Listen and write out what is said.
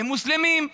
למוסלמים,